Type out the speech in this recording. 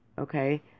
Okay